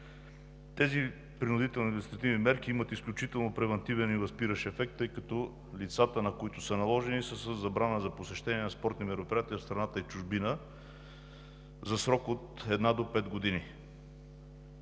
Тези принудителни административни мерки имат изключително превантивен и възпиращ ефект, тъй като лицата, на които са наложени, са със забрана за посещение на спортни мероприятия в страната и в чужбина за срок от една до пет години.